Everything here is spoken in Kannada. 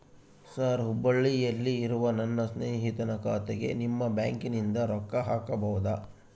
ಸರ್ ಹುಬ್ಬಳ್ಳಿಯಲ್ಲಿ ಇರುವ ನನ್ನ ಸ್ನೇಹಿತನ ಖಾತೆಗೆ ನಿಮ್ಮ ಬ್ಯಾಂಕಿನಿಂದ ರೊಕ್ಕ ಹಾಕಬಹುದಾ?